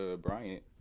Bryant